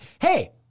Hey